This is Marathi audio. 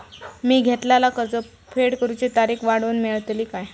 मी घेतलाला कर्ज फेड करूची तारिक वाढवन मेलतली काय?